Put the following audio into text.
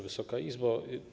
Wysoka Izbo!